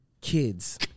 kids